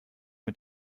mit